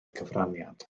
cyfraniad